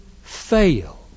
fail